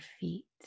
feet